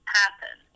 happen